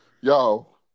yo